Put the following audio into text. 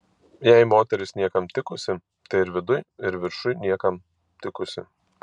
jei moteris niekam tikusi tai ir viduj ir viršuj niekam tikusi